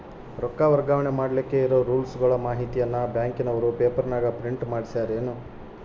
ರೊಕ್ಕ ವರ್ಗಾವಣೆ ಮಾಡಿಲಿಕ್ಕೆ ಇರೋ ರೂಲ್ಸುಗಳ ಮಾಹಿತಿಯನ್ನ ಬ್ಯಾಂಕಿನವರು ಪೇಪರನಾಗ ಪ್ರಿಂಟ್ ಮಾಡಿಸ್ಯಾರೇನು?